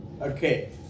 Okay